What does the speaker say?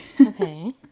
Okay